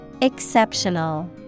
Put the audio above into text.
Exceptional